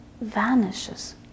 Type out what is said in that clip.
vanishes